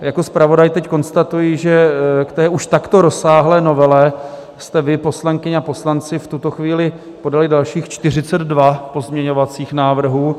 Jako zpravodaj teď konstatuji, že v té už takto rozsáhlé novele jste vy, poslankyně a poslanci, v tuto chvíli podali dalších 42 pozměňovacích návrhů.